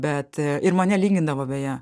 bet ir mane lygindavo beje